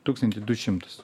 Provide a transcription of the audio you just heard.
tūkstantį du šimtus